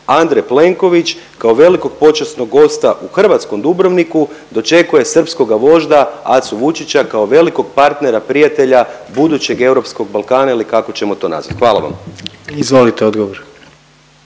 Andrej Plenković kao velikog počasnog gosta u hrvatskom Dubrovniku dočekuje srpskoga vožda Acu Vučića kao velikog partnera, prijatelja, budućeg europskog Balkana ili kao ćemo to nazvat. Hvala vam. **Jandroković,